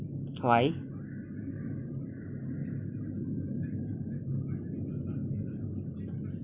why